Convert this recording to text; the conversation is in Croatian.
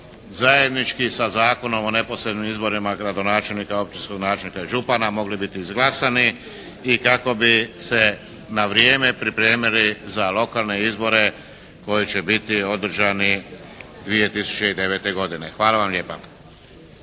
zajednički sa Zakonom o neposrednim izborima gradonačelnika i općinskog načelnika i župana mogli biti izglasani i kako bi se na vrijeme pripremili za lokalne izbore koji će biti održani 2009. godine. Hvala vam lijepa.